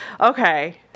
okay